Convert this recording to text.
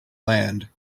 land